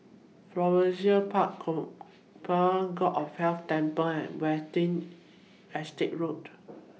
Florissa Park God of Wealth Temple and Watten Estate Road